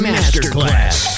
Masterclass